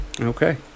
Okay